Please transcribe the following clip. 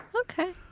Okay